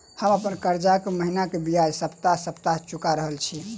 हम अप्पन कर्जा महिनाक बजाय सप्ताह सप्ताह चुका रहल छि